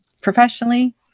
professionally